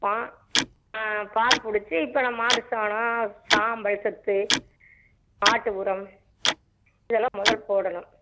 ஆ பார் பிடிச்சி இப்போ நான் மாட்டு சாணம் சாம்பல் சத்து ஆட்டு உரம் இதெல்லாம் முதல் போடணும்